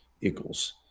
equals